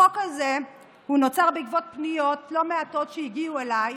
החוק הזה נוצר בעקבות פניות לא מעטות שהגיעו אליי,